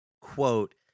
quote